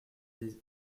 des